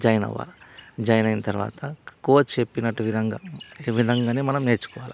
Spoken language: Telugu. జాయిన్ అవ్వాలి జాయిన్ అయిన తరువాత కోచ్ చెప్పినట్టు విధంగా విధంగానే మనం నేర్చుకోవాలి